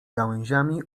gałęziami